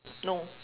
no